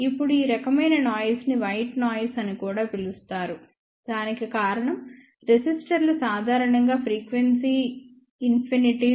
ఇప్పుడు ఈ రకమైన నాయిస్ ని వైట్ నాయిస్ అని కూడా పిలుస్తారు దానికి కారణం రెసిస్టర్లు సాధారణంగా ఫ్రీక్వెన్సీ ఇన్సెన్సిటివ్